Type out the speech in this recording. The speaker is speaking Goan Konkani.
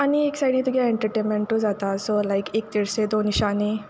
आनी एक सायडी तुगे एनटंटेनमेंटू जाता सो लायक एक तिरसे दोन निशाने